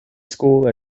school